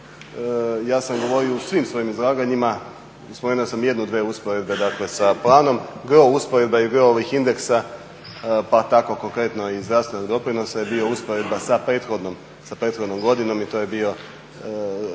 ja sam govorio u svim svojim izlaganjima, spomenuo sam jednu, dvije usporedbe dakle sa planom. Gro usporedba je bilo ovih indeksa, pa tako konkretno i zdravstvenog doprinosa je bio usporedba sa prethodnom godinom i to je bio,